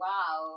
Wow